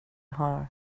har